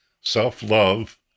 self-love